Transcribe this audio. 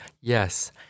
Yes